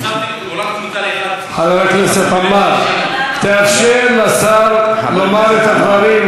עמאר, חבר הכנסת עמאר, תאפשר לשר לומר את הדברים.